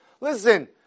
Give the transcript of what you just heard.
listen